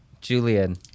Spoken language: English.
Julian